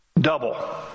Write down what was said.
double